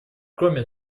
кроме